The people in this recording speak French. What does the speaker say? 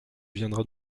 viendras